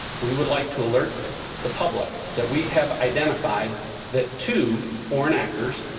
we would like to alert the public that we have identified that two foreign actors,